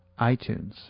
iTunes